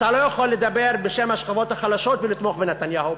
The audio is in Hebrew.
אתה לא יכול לדבר בשם השכבות החלשות ולתמוך בנתניהו,